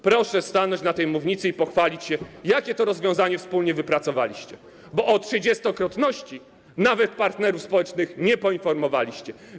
Proszę stanąć na tej mównicy i pochwalić się, jakie to rozwiązanie wspólnie wypracowaliście, bo o 30-krotności nawet partnerów społecznych nie poinformowaliście.